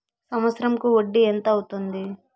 సంవత్సరం కు వడ్డీ ఎంత అవుతుంది?